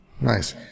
nice